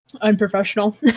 unprofessional